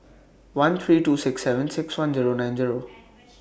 one three two six seven six one Zero nine Zero